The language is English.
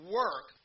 work